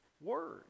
word